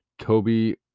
Toby